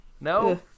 No